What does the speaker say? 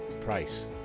Price